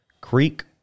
Creek